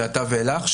מעתה ואילך,